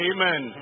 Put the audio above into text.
Amen